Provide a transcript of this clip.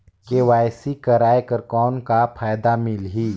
KYC कराय कर कौन का फायदा मिलही?